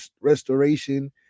restoration